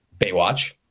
Baywatch